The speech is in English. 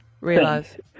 realize